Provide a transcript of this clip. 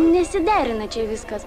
nesiderina čia viskas